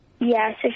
yes